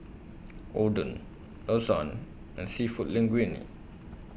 Oden Lasagne and Seafood Linguine